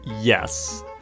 Yes